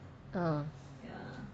oh